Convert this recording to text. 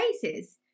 places